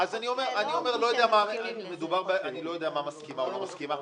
אני לא יודע מה מסכימה או לא מסכימה.